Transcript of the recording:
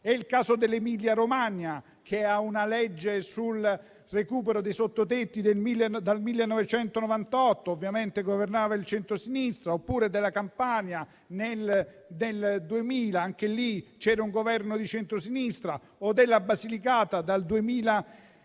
È il caso dell'Emilia Romagna, che ha una legge sul recupero dei sottotetti dal 1998 (ovviamente governava il centrosinistra); oppure della Campania, nel 2000 (anche lì c'era un Governo di centrosinistra), o della Basilicata, nel 2002